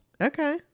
Okay